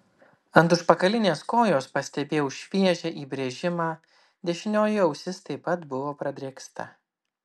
ant užpakalinės kojos pastebėjau šviežią įbrėžimą dešinioji ausis taip pat buvo pradrėksta